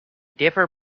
differ